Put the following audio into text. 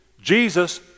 Jesus